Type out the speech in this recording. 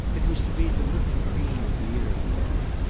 it was to be the little cream of the year for me.